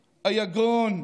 היגון,